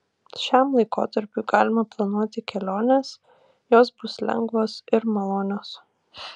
šiam laikotarpiui galima planuoti keliones jos bus lengvos ir malonios